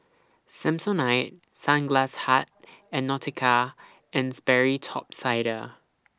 Samsonite Sunglass Hut and Nautica and Sperry Top Sider